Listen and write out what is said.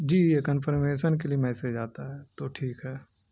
جی یہ کنفرمیسن کے لیے میسیج آتا ہے تو ٹھیک ہے